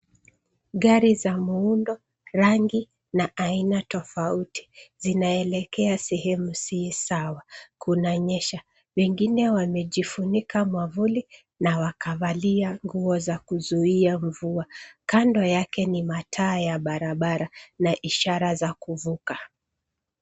Gari za muundo, rangi na aina tofauti zinaelekea sehemu si sawa. Kunanyesha, wengine wamejifunika mwavuli na wakavalia nguo za kuzuia mvua. Kando yake ni mataa ya barabara na ishara za kuvuka.